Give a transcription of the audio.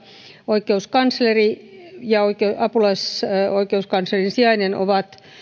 oikeuskansleri ja apulaisoikeuskanslerin sijainen ovat